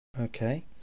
Okay